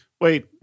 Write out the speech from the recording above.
Wait